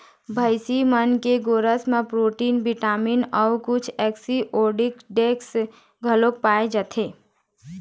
भइसी के गोरस म प्रोटीन, बिटामिन अउ कुछ एंटीऑक्सीडेंट्स घलोक पाए जाथे